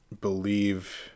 believe